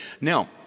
Now